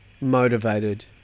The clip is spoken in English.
motivated